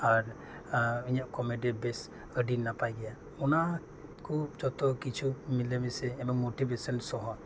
ᱟᱨ ᱤᱧᱟᱹᱜ ᱠᱚᱢᱮᱰᱤ ᱵᱮᱥ ᱟᱹᱰᱤ ᱱᱟᱯᱟᱭ ᱜᱮᱭᱟ ᱚᱱᱟ ᱠᱚ ᱡᱚᱛᱚ ᱠᱤᱪᱷᱩ ᱢᱤᱞᱮ ᱢᱤᱥᱮ ᱮᱵᱚᱝ ᱢᱳᱴᱤᱵᱷᱮᱥᱚᱱ ᱥᱚᱦᱚ